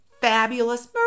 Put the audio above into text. fabulous